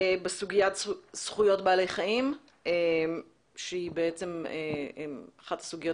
סוגיית זכויות בעלי החיים היא אחת הסוגיות